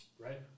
Right